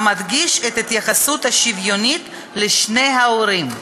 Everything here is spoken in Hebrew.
המדגיש את ההתייחסות השוויונית לשני ההורים.